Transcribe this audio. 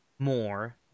more